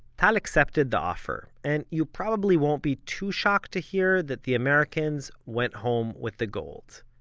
tal accepted the offer, and you probably won't be too shocked to hear that the americans went home with the gold.